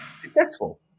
successful